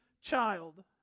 child